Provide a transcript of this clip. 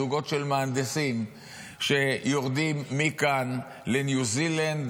זוגות של מהנדסים שיורדים מכאן לניו זילנד,